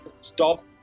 stop